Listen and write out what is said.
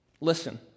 Listen